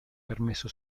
permesso